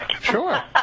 Sure